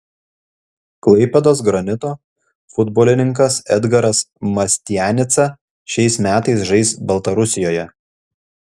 klaipėdos granito futbolininkas edgaras mastianica šiais metais žais baltarusijoje